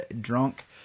Drunk